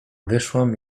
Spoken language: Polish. wyszłam